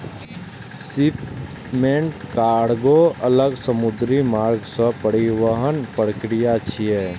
shipment कार्गों अलग समुद्री मार्ग सं परिवहनक प्रक्रिया छियै